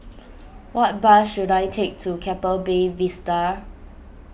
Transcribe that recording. what bus should I take to Keppel Bay Vista